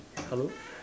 hello